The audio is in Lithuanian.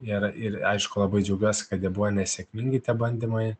ir ir aišku labai džiaugiuosi kad jie buvo nesėkmingi tie bandymai